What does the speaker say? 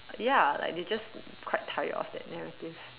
ya like they're just quite tired of that narrative